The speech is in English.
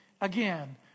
again